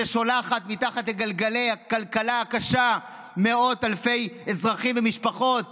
ששולחת מתחת לגלגלי הכלכלה הקשה מאות אלפי אזרחים ומשפחות